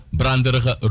branderige